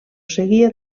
seguia